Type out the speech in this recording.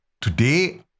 today